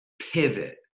pivot